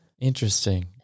Interesting